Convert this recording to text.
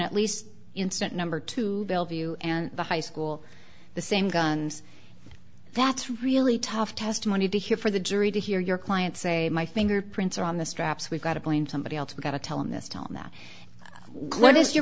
et least incident number to bellevue and the high school the same guns that's really tough testimony to hear for the jury to hear your client say my fingerprints are on the straps we've got to blame somebody else we've got to tell in this town that what is your